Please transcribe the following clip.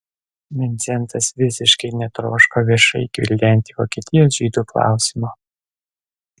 vincentas visiškai netroško viešai gvildenti vokietijos žydų klausimo